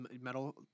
metal